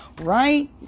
right